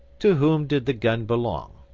to whom did the gun belong?